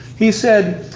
he said,